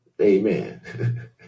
Amen